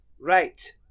Right